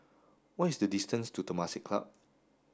what is the distance to Temasek Club